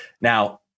now